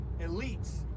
elites